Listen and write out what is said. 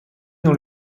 dans